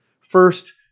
first